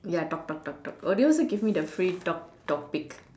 ya talk talk talk talk oh they also give me the free talk topics